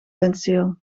penseel